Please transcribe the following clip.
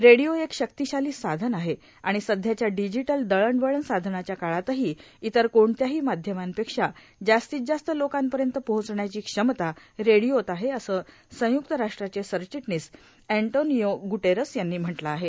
radio एक शक्तिशाली साधन आहे आणि सध्याच्या डिजिटल दळणवळण साधनांच्या काळातही इतर कोणत्याही माध्यमांपेक्षा जास्तीत जास्त लोकांपर्यंत पोहोचण्याची क्षमता रेडियोत आहे असं संयुक्त राष्ट्रांचे सरचिटणीस अँटोनियो गुटेरस यांनी म्हटलं आहे